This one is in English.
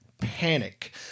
panic